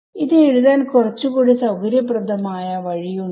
ഇത് എഴുതാൻ കുറച്ചു കൂടി സൌകര്യപ്രധമായ വഴിയുണ്ട്